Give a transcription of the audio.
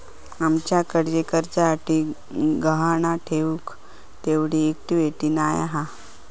आमच्याकडे कर्जासाठी गहाण ठेऊक तेवढी इक्विटी नाय हा